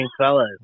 fellas